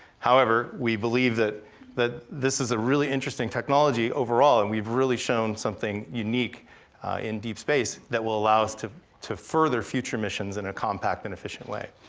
however, we believe that that this is a really interesting technology overall, and we've really shown something unique in deep space that will allow us to to further future missions in a compact and efficient way.